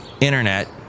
internet